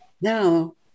Now